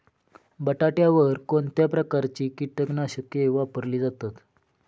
बटाट्यावर कोणत्या प्रकारची कीटकनाशके वापरली जातात?